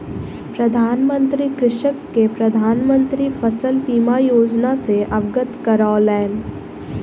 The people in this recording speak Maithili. प्रधान मंत्री कृषक के प्रधान मंत्री फसल बीमा योजना सॅ अवगत करौलैन